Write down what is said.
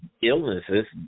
illnesses